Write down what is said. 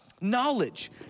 knowledge